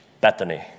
Bethany